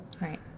Right